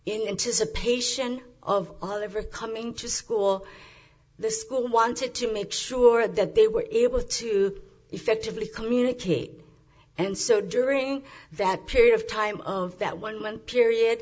anticipation of other coming to school the school wanted to make sure that they were able to effectively communicate and so during that period of time of that one month period